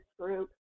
group